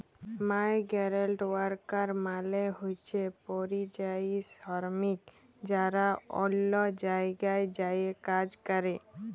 migrant worker মালে হছে পরিযায়ী শরমিক যারা অল্য জায়গায় যাঁয়ে কাজ ক্যরে